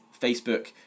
Facebook